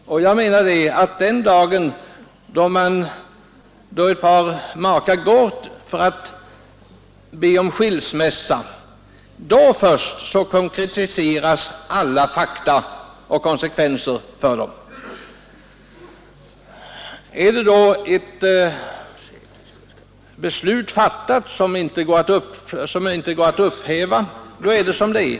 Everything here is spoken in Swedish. Den dag ett par makar går för att be om skilsmässa, då först konkretiseras alla fakta och konsekvenser för dem. Är då ett beslut fattat som inte går att upphäva, så är det som det är.